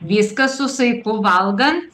viską su saiku valgant